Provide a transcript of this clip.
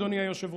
אדוני היושב-ראש,